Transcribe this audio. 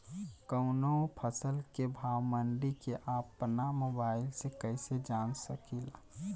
कवनो फसल के भाव मंडी के अपना मोबाइल से कइसे जान सकीला?